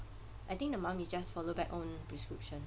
I think the mom is just follow back own prescription